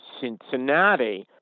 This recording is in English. Cincinnati